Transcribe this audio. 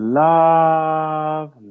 love